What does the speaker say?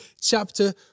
chapter